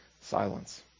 silence